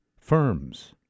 firms